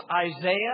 Isaiah